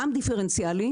מע"מ דיפרנציאלי,